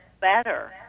better